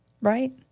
Right